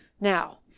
now